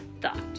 thought